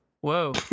Whoa